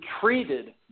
treated